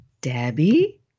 Debbie